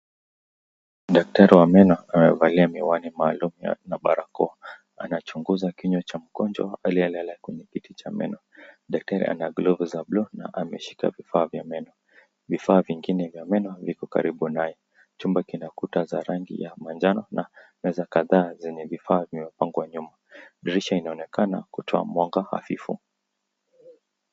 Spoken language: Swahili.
Daktari wa meno amevalia miwani maalum na barakoa anachunguza kinywa cha mgonjwa aliyelala kwenye kiti cha meno daktari ana glovu za blue na anashikilia vifaa vya meno vifaa vingine vya meno viko karibu naye chumba kina kuta za rangi ya manjano na kuna kadhaa vimepangwa nyuma dirisha inaonekana kutoa mwanga hafifu.